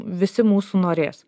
visi mūsų norės